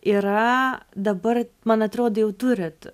yra dabar man atrodo jau turit